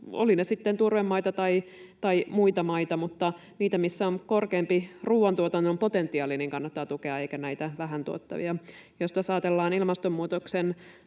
olivat ne sitten turvemaita tai muita maita, mutta kannattaa tukea niitä, missä on korkeampi ruuantuotannon potentiaali, eikä näitä vähän tuottavia. Jos taas ajatellaan ilmastonmuutokseen